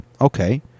Okay